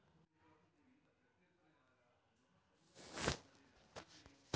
బిందు సేద్యం అనేది ఆరుతడి పంటలకు ఉపయోగపడుతుందా నీటి కరువు సమస్యను ఎదుర్కోవడానికి ఒక మంచి పద్ధతి?